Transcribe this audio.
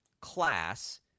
class